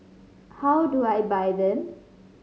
how do I buy them